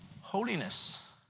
holiness